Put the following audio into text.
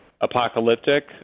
apocalyptic